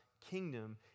kingdom